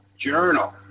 journal